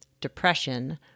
depression